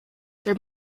their